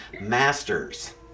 masters